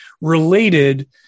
related